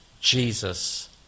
Jesus